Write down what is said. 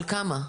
של כמה?